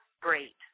great